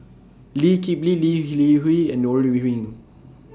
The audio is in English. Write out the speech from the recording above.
Lee Kip Lee Lee Li Hui and Ore Huiying